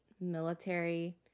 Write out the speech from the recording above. military